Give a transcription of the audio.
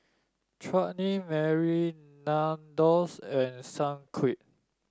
Chutney Mary Nandos and Sunquick